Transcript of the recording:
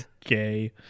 gay